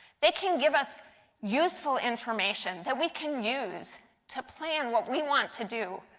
they can give us useful information that we can use to plan what we want to do,